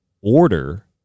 order